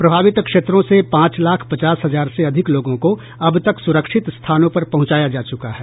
प्रभावित क्षेत्रों से पांच लाख पचास हजार से अधिक लोगों को अब तक सुरक्षित स्थानों पर पहुंचाया जा चुका है